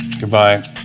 Goodbye